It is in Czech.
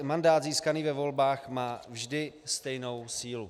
Mandát získaný ve volbách má vždy stejnou sílu.